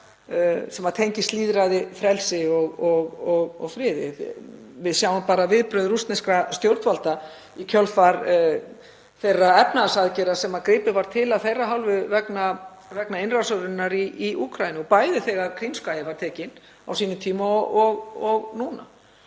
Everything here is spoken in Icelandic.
sem tengjast lýðræði, frelsi og friði? Við sjáum bara viðbrögð rússneskra stjórnvalda í kjölfar þeirra efnahagsaðgerða sem gripið var til af þeirra hálfu vegna innrásarinnar í Úkraínu, bæði þegar Krímskaginn var tekinn á sínum tíma og núna.